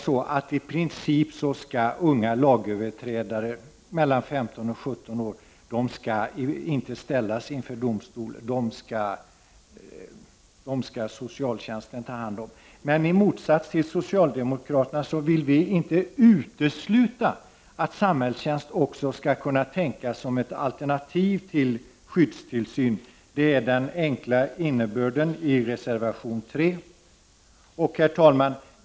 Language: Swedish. I princip skall unga lagöverträdare mellan 15 och 17 år självfallet inte ställas inför domstol. Dem skall socialtjänsten ta hand om. Men i motsats till socialdemokraterna vill vi inte utesluta att samhällstjänst också skall kunna tänkas som ett alternativ till skyddstillsyn. Det är den enkla innebörden av reservation 3. Herr talman!